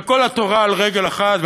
וכל התורה על רגל אחת,